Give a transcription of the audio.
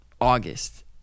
august